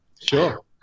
Sure